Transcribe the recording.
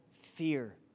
fear